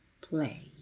play